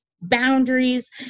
boundaries